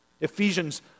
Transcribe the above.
Ephesians